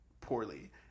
poorly